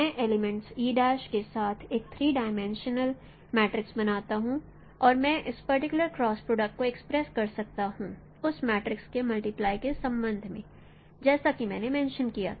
मैं एलीमेंट्स के साथ एक थ्री डायमेंशनल मैट्रिक्स बनाता हूं और मैं इस पर्टिकुलर क्रॉस प्रोडक्ट को एक्सप्रेस् कर सकता हूं उस मैट्रिक्स के मल्टीप्लाई के संबंध में जैसा कि मैंने मेनशं किया था